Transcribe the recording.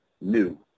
new